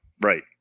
right